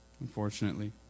unfortunately